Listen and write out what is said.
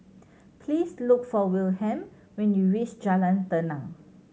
please look for Wilhelm when you reach Jalan Tenang